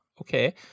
Okay